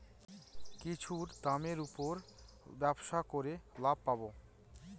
কিছুর দামের উপর ব্যবসা করে লাভ পাবো